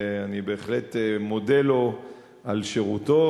אני בהחלט מודה לו על שירותו,